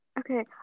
Okay